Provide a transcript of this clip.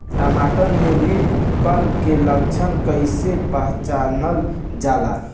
टमाटर में leaf curl के लक्षण कइसे पहचानल जाला?